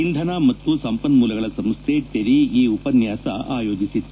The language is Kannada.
ಇಂಧನ ಮತ್ತು ಸಂಪನ್ಮೂಲಗಳ ಸಂಸ್ಥೆ ಟೆರಿ ಈ ಉಪನ್ಯಾಸ ಆಯೋಜಿಸಿತ್ತು